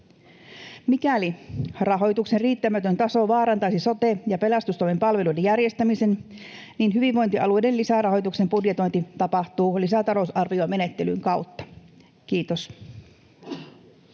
Mikäli rahoituksen riittämätön taso vaarantaisi sote- ja pelastustoimen palveluiden järjestämisen, niin hyvinvointialueiden lisärahoituksen budjetointi tapahtuu lisätalousarviomenettelyn kautta. — Kiitos.